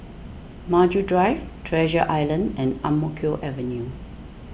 Maju Drive Treasure Island and Ang Mo Kio Avenue